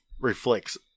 reflects